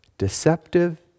deceptive